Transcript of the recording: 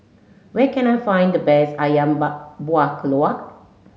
where can I find the best Ayam Buah Keluak